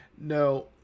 No